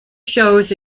shows